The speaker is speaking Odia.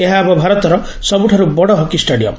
ଏହା ହେବ ଭାରତର ସବୁଠାରୁ ବଡ ହକି ଷ୍ଟାଡିୟମ